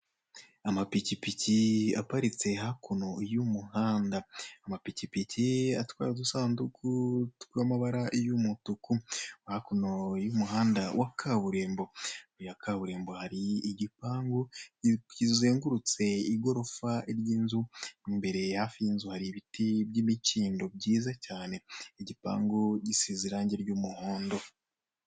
Amapikipiki aparitse hakuno y'umuhanda, amapikipiki atwaye udusanduku tw'amabara y'umutuku, hakuno y'umuhanda wa kaburimbo, imbere ya kaburimbo hari igipangu kizengurutse igorofa ry'inzu, imbere hafi y'inzu hari ibiti by'imikindo byiza cyane igipangu gisize irange ry'umuhondo.